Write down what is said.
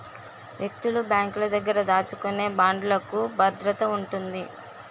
వ్యక్తులు బ్యాంకుల దగ్గర దాచుకునే బాండ్లుకు భద్రత ఉంటుంది